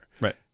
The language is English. Right